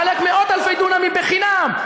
לחלק מאות-אלפי דונמים בחינם,